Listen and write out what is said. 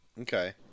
Okay